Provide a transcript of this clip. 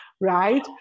right